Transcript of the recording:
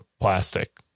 plastic